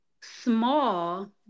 Small